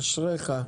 אשריך,